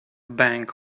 bank